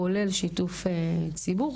כולל שיתוף ציבור,